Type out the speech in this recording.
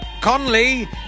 Conley